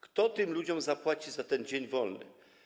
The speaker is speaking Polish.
Kto tym ludziom zapłaci za ten dzień wolny?